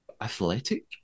athletic